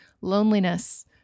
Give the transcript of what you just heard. loneliness